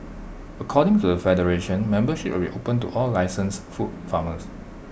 according to the federation membership will be opened to all licensed food farmers